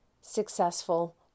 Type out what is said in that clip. successful